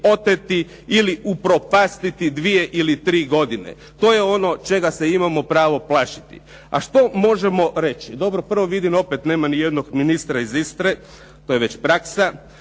oteti ili upropastiti dvije ili tri godine. To je ono čega se imamo pravo plašiti. A što možemo reći? Dobro, prvo vidim opet nema ni jednog ministra iz Istre. To je već praksa.